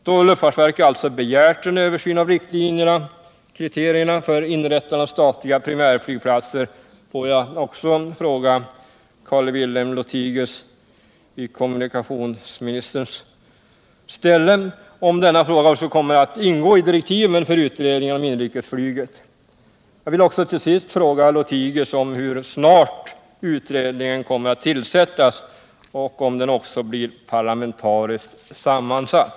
Då luftfartsverket alltså begärt en översyn av kriterierna för inrättande av statliga primärflygplatser får jag fråga Carl-Wilhelm Lothigius i kommunikationsministerns ställe om denna fråga också kommer att ingå i direktiven för utredningen om inrikesflyget. Jag vill också till sist fråga Carl-Wilhelm Lothigius hur snart utredningen kommer att tillsättas och om den också blir parlamentariskt sammansatt.